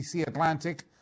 Atlantic